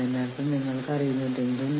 അതിനാൽ നിങ്ങൾക്ക് ഭയം തോന്നുന്നു